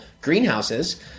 greenhouses